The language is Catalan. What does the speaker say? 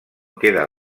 queda